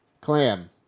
Clam